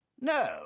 No